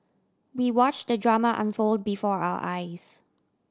we watch the drama unfold before our eyes